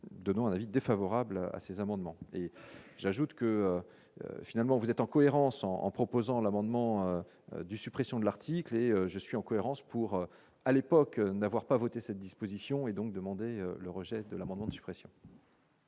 donnant un avis défavorable à ces amendements et j'ajoute que, finalement, vous êtes en cohérence, en en proposant l'amendement du suppression de l'article et je suis en cohérence pour à l'époque n'avoir pas voté cette disposition et donc demandé le rejet de l'amendement de suppression.